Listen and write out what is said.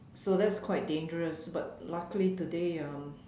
so that's quite dangerous but luckily today um